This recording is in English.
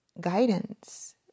guidance